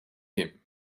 him